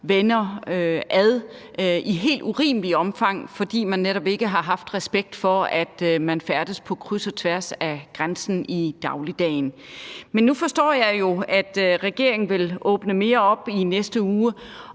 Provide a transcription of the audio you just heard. venner ad i et helt urimeligt omfang, fordi man netop ikke har haft respekt for, at man færdes på kryds og tværs af grænsen i dagligdagen. Men nu forstår jeg jo, at regeringen vil åbne mere op i næste uge.